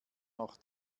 noch